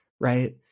Right